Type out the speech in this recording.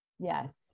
Yes